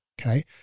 okay